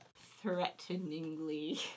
threateningly